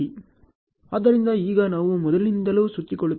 ಆದ್ದರಿಂದ ಈಗ ನಾವು ಮೊದಲಿನಿಂದಲೂ ಸುತ್ತಿಕೊಳ್ಳುತ್ತಿದ್ದೇವೆ